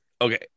Okay